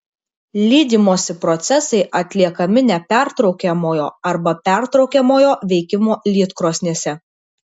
lydymosi procesai atliekami nepertraukiamojo arba pertraukiamojo veikimo lydkrosnėse